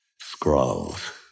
scrolls